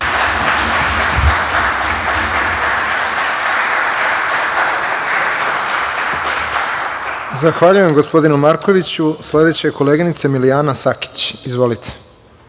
Zahvaljujem, gospodinu Markoviću. Reč ima koleginica Milijana Sakić. Izvolite.